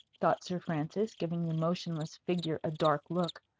thought sir francis, giving the motionless figure a dark look,